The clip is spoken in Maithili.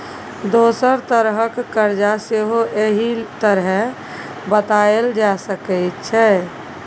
दोसर तरहक करजा सेहो एहि तरहें बताएल जा सकै छै